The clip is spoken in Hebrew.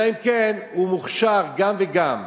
אלא אם כן הוא מוכשר גם וגם.